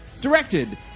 Directed